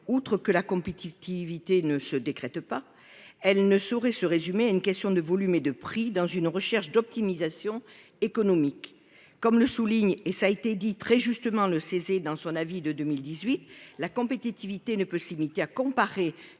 outre que la compétitivité ne se décrète pas, elle ne saurait se résumer à une question de volume et de prix dans une recherche d'optimisation économique. Comme le souligne et ça a été dit très justement le 16. Dans son avis de 2018. La compétitivité ne peut se limiter à comparer